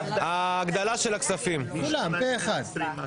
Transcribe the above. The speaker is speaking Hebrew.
מי נמנע?